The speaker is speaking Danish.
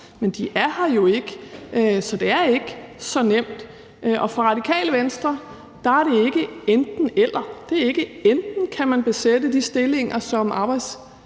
men den er her jo ikke, så det er ikke så nemt. For Radikale Venstre er det ikke et enten-eller. Det er ikke sådan, at man enten kan besætte de stillinger, som arbejdsmarkedet